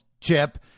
Chip